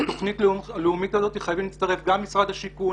לתוכנית הלאומית הזאת חייבים להצטרף גם משרד השיכון,